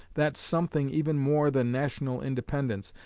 that something even more than national independence,